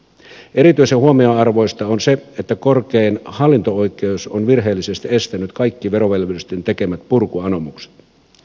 erityisen huomionarvoista on se että korkein hallinto oikeus on virheellisesti estänyt kaikki verovelvollisten tekemät purkuanomukset